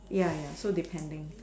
ya ya so depending